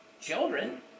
children